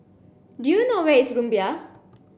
do you know where is Rumbia